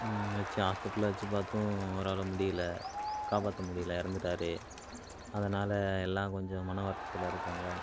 வெச்சு ஹாஸ்பிட்டலில் வெச்சு பார்த்தும் அவரால் முடியலை காப்பாற்ற முடியலை இறந்துட்டாரு அதனால் எல்லாம் கொஞ்சம் மன வருத்தத்தில் இருக்காங்க